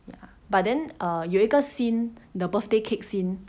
ya but then err 有一个 scene the birthday cake scene